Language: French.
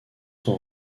sont